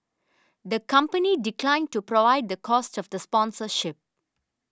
the company declined to provide the cost of the sponsorship